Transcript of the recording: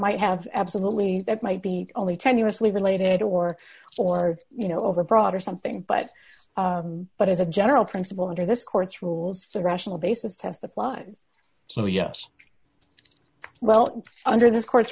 might have absolutely that might be only tenuously related or or you know overbroad or something but but as a general principle under this court's rules the rational basis test applies so yes well under this cour